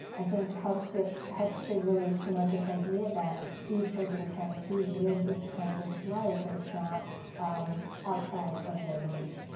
i think, helps to helps to really promote this idea that these children can, too, live this kind of life, that it's not outside of their reach.